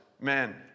men